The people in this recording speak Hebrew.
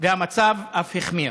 והמצב אף החמיר.